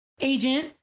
agent